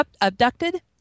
abducted